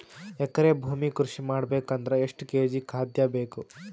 ಎಕರೆ ಭೂಮಿ ಕೃಷಿ ಮಾಡಬೇಕು ಅಂದ್ರ ಎಷ್ಟ ಕೇಜಿ ಖಾದ್ಯ ಬೇಕು?